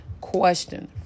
question